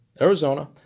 Arizona